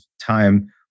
time